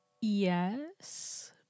Yes